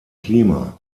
klima